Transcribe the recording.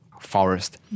forest